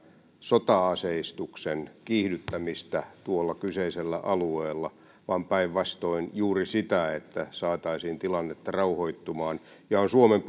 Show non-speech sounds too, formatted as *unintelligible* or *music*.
sota aseistuksen kiihdyttämistä tuolla kyseisellä alueella vaan päinvastoin juuri sitä että saataisiin tilannetta rauhoittumaan ja on suomen *unintelligible*